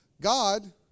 God